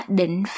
định